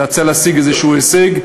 רצה להשיג איזה הישג,